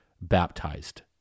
baptized